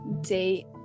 date